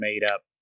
made-up